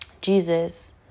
Jesus